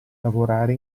lavorare